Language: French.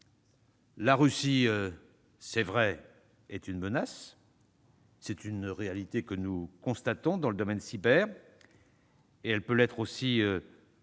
la Russie constitue une menace : c'est une réalité que nous constatons dans le domaine cyber, et elle peut l'être aussi dans